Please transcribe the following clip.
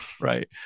right